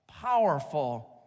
powerful